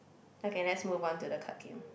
okay let's move on to the card game